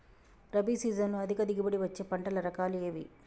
రబీ సీజన్లో అధిక దిగుబడి వచ్చే పంటల రకాలు ఏవి?